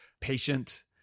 patient